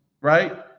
right